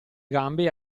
gambe